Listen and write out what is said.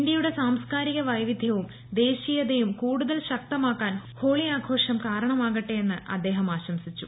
ഇന്ത്യയുടെ സാംസ്കാരിക വൈവിധൃവും ദേശീയതയും കൂടുതൽ ശക്തമാക്കാൻ ഹോളി ആഘോഷം കാരണം ആകട്ടെയെന്ന് അദ്ദേഹം ആശംസിച്ചു